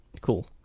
cool